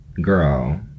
girl